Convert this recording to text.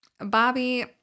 Bobby